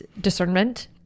discernment